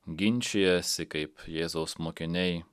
ginčijasi kaip jėzaus mokiniai